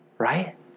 Right